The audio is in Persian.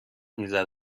میزد